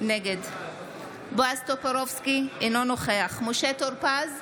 נגד בועז טופורובסקי, אינו נוכח משה טור פז,